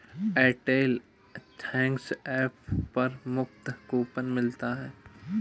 Airtel thanks app पर मुफ्त coupon मिलता है